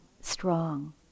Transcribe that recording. strong